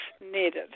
needed